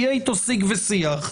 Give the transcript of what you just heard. יהיה איתו שיג ושיח.